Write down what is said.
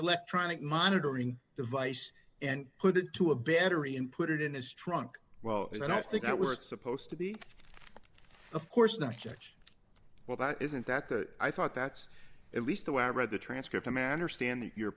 electronic monitoring device and put it to a better ian put it in his trunk well then i think that we're supposed to be of course not judge well that isn't that the i thought that's at least the way i read the transcript a matter stand the your